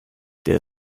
der